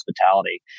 hospitality